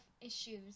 issues